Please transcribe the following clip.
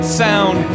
sound